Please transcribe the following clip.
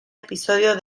episodio